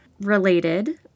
Related